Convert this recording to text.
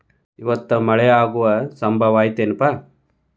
ಇವತ್ತ ಮಳೆ ಆಗು ಸಂಭವ ಐತಿ ಏನಪಾ?